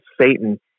Satan